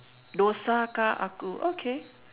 dosakah aku okay